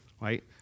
right